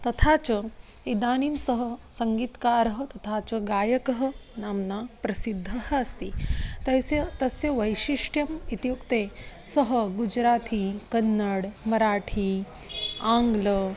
तथा च इदानीं सः सङ्गीतकारः तथा च गायकः नाम्ना प्रसिद्धः अस्ति तस्य तस्य वैशिष्ट्यम् इत्युक्ते सः गुजराथी कन्नड् मराठी आङ्ग्ल